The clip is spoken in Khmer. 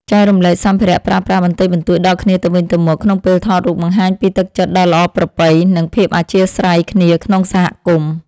ចែករំលែកសម្ភារៈប្រើប្រាស់បន្តិចបន្តួចដល់គ្នាទៅវិញទៅមកក្នុងពេលថតរូបបង្ហាញពីទឹកចិត្តដ៏ល្អប្រពៃ និង ភាពអធ្យាស្រ័យគ្នាក្នុងសហគមន៍។